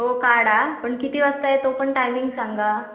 हो काढा पण किती वाजता आहे तो पण टायमिंग सांगा